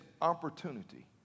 opportunity